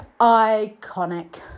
iconic